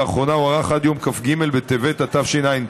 ולאחרונה הוארך עד יום כ"ג בטבת התשע"ט,